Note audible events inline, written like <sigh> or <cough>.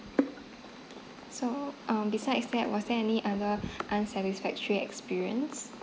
<noise> so um besides that was there any other unsatisfactory experience